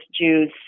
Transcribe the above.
Jews